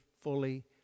fully